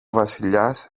βασιλιάς